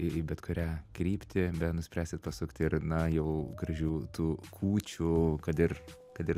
ir į bet kurią kryptį benuspręsit pasukti ir na jau gražių tų kūčių kad ir kad ir